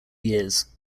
years